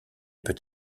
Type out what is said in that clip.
peut